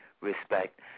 respect